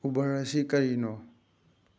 Uber ꯑꯁꯤ ꯀꯔꯤꯅꯣ